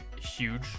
huge